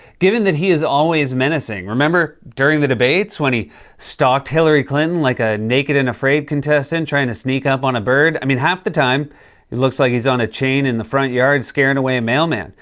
given that he is always menacing. remember during the debates when he stalked hillary clinton like a naked and afraid contestant trying to sneak up on a bird? i mean, half the time looks like he's on a chain in the front yard scaring away a mailman.